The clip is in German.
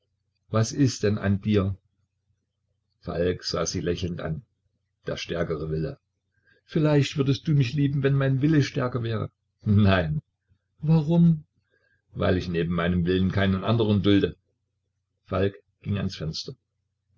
was ist denn an dir falk sah sie lächelnd an der stärkere wille vielleicht würdest du mich lieben wenn mein wille stark wäre nein warum weil ich neben meinem willen keinen andern dulde falk ging ans fenster